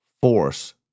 force